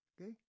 okay